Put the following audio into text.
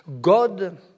God